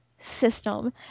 system